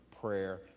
prayer